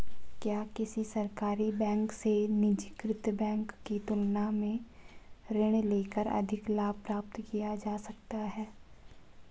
क्या किसी सरकारी बैंक से निजीकृत बैंक की तुलना में ऋण लेकर अधिक लाभ प्राप्त किया जा सकता है?